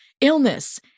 illness